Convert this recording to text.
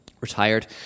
Retired